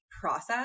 process